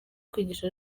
kwigisha